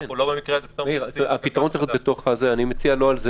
צריך לדבר על זה,